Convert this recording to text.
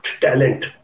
talent